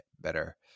better